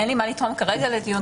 אין לי מה לתרום כרגע לדיון,